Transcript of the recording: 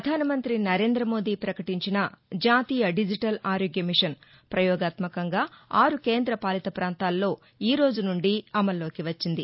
ప్రధాన మంతి నరేంద మోదీ పకటించిన జాతీయ దీజిటల్ ఆరోగ్యమిషన్ పయోగాత్మకంగా ఆరు కేంద పాలిత పాంతాల్లో ఈరోజు నుండి అమల్లోకి వచ్చింది